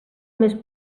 més